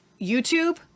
YouTube